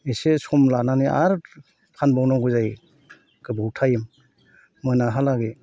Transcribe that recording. एसे सम लानानै आरो फानबावनांगौ जायो गोबाव टाइम मोनाहालागै